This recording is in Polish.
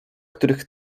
których